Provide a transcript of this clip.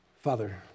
Father